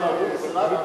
במפלגה.